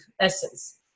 essence